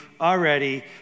already